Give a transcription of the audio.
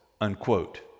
unquote